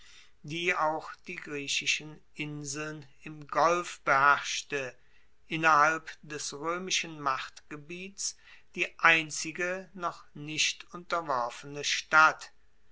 die auch die griechischen inseln im golf beherrschte innerhalb des roemischen machtgebiets die einzige noch nicht unterworfene stadt